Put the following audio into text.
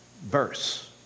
verse